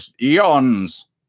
eons